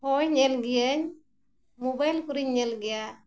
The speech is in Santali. ᱦᱳᱭ ᱧᱮᱞ ᱜᱤᱭᱟᱹᱧ ᱢᱳᱵᱟᱭᱤᱞ ᱠᱚᱨᱮᱧ ᱧᱮᱞ ᱜᱮᱭᱟ